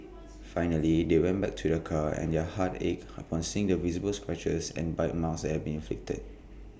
finally they went back to their car and their hearts ached upon seeing the visible scratches and bite marks had been inflicted